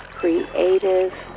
creative